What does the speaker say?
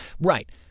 right